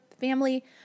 family